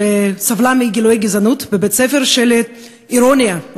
שסבלה מגילויי גזענות בבית-הספר של האירוניה,